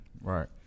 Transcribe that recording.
Right